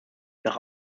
nach